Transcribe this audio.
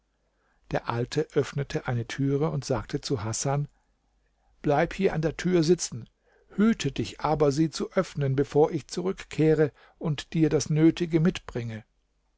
der alte öffnete eine türe und sagte zu hasan bleib hier an der tür sitzen hüte dich aber sie zu öffnen bevor ich zurückkehre und dir das nötige mitbringe